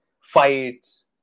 fights